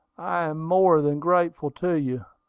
i am more than grateful to you.